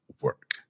Work